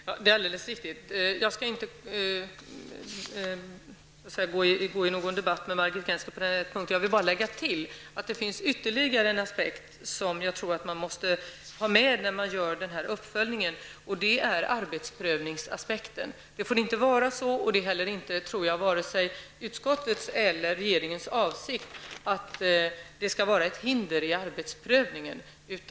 Herr talman! Detta är alldeles riktigt. Jag skall inte gå in i någon debatt med Margit Gennser på den här punkten, utan jag vill bara lägga till att det finns ytterligare en aspekt som man enligt min mening måste ha med när man gör uppföljningen, nämligen arbetsprövningsaspekten. Detta får inte innebära ett hinder i arbetsprövningen, och jag tror inte heller att detta är vare sig utskottets eller regeringens avsikt.